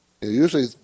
Usually